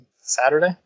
Saturday